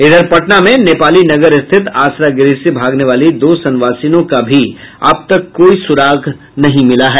इधर पटना में नेपाली नगर स्थित आसरा गृह से भागने वाली दो संवासिनों का भी अब तक कोई सुराग नहीं मिला है